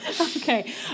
Okay